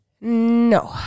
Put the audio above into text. No